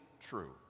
true